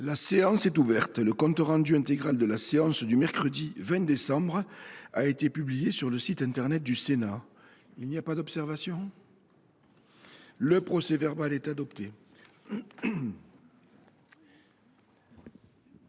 La séance est ouverte. Le compte rendu intégral de la séance du mercredi 20 décembre 2023 a été publié sur le site internet du Sénat. Il n’y a pas d’observation ?… Le procès verbal est adopté.